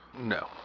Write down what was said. No